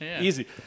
easy